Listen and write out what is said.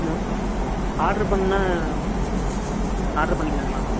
ம் ஆட்ரு பண்ணால் ஆட்ரு பண்ணிக்கிலாங்களாண்ணா